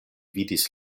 vidis